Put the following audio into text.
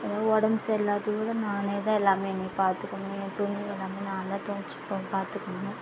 எதா உடம்பு சரி இல்லாட்டி கூட நானே தான் எல்லாமே என்னையை பார்த்துக்குணும் என் துணி எல்லாமே நான் தான் துவச்சி போ பார்த்துக்குணும்